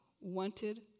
wanted